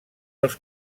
els